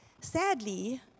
sadly